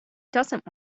doesn’t